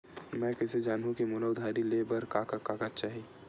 मैं कइसे जानहुँ कि मोला उधारी ले बर का का कागज चाही?